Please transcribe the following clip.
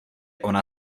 ona